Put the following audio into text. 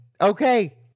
okay